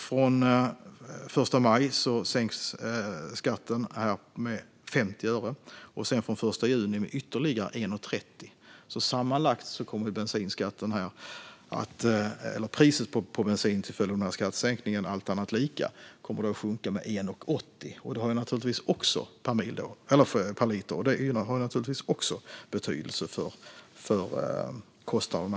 Från den 1 maj sänks skatten med 50 öre, och från den 1 juni sänks den med ytterligare 1,30. Sammanlagt kommer alltså priset på bensin till följd av skattesänkningarna att, allt annat lika, sjunka med 1,80 per liter. Det har naturligtvis också betydelse för fjällräddarnas kostnader.